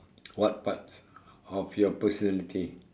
what parts of your personality